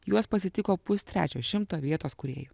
juos pasitiko pustrečio šimto vietos kūrėjų